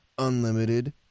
unlimited